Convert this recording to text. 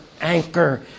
anchor